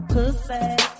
Pussy